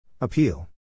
Appeal